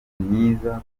myiza